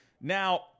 Now